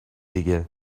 دیگه